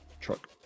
truck